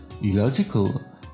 illogical